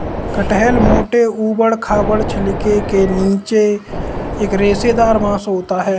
कटहल मोटे, ऊबड़ खाबड़ छिलके के नीचे एक रेशेदार मांस होता है